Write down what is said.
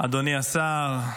אדוני השר,